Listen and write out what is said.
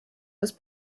was